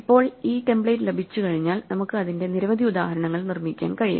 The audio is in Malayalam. ഇപ്പോൾ ഈ ടെംപ്ലേറ്റ് ലഭിച്ചുകഴിഞ്ഞാൽ നമുക്ക് അതിന്റെ നിരവധി ഉദാഹരണങ്ങൾ നിർമ്മിക്കാൻ കഴിയും